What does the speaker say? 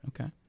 Okay